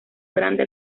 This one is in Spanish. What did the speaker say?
grande